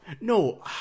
No